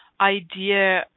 idea